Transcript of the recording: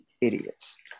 idiots